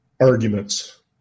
arguments